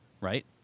right